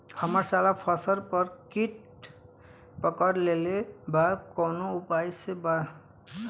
हमर सारा फसल पर कीट पकड़ लेले बा कवनो उपाय से बचावल जा सकेला?